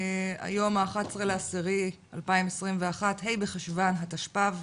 היום ה-11.10.2021, ה' בחשון התשפ"ב.